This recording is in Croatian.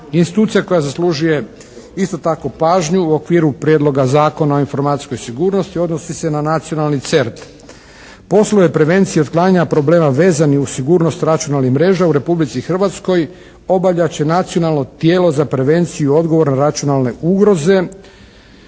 Institucija koja zaslužuje isto tako pažnju u okviru Prijedloga zakona o informacijskoj sigurnosti odnosi se na nacionalni «CERT». Poslove prevencije otklanjanja problema vezanih uz sigurnost računalnih mreža u Republici Hrvatskoj obavljat će Nacionalno tijelo za prevenciju odgovora računalne ugroze